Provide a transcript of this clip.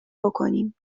بکنیم